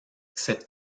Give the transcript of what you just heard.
cette